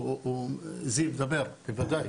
זיו, בוודאי.